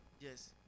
Yes